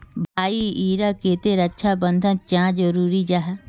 भाई ईर केते रक्षा प्रबंधन चाँ जरूरी जाहा?